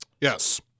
Yes